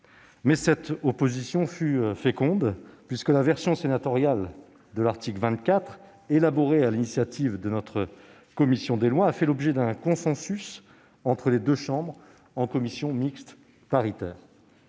Cette opposition fut féconde, puisque la version sénatoriale de l'article 24, élaborée sur l'initiative de la commission des lois, a fait l'objet d'un consensus entre les deux assemblées en commission mixte paritaire.